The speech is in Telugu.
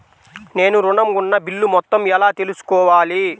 నేను ఋణం ఉన్న బిల్లు మొత్తం ఎలా తెలుసుకోవాలి?